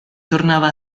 tornava